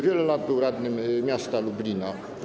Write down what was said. Wiele lat był radnym miasta Lublina.